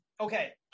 Okay